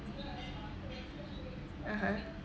(uh huh)